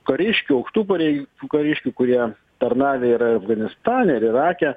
kariškių aukštų parei kariškių kurie tarnavę ir afganistane ir irake